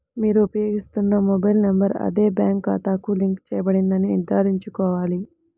మీరు ఉపయోగిస్తున్న mobile number అదే బ్యాంక్ ఖాతాకు లింక్ చేయబడిందని నిర్ధారించుకోవాలి